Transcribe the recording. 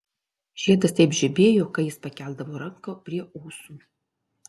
žiedas taip žibėjo kai jis pakeldavo ranką prie ūsų